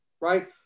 right